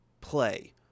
play